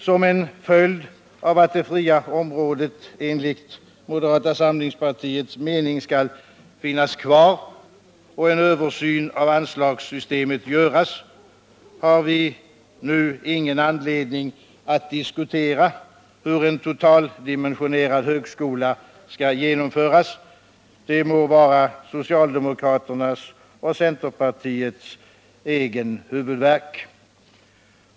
Som en följd av att det fria området enligt moderata samlingspartiets mening skall finnas kvar och en översyn av anslagssystemet göras har vi ingen anledning att diskutera hur en totaldimensionerad högskola skall genomföras. Det får bli socialdemokraternas och centerpartiets egen huvud värk.